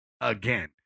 again